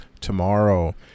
tomorrow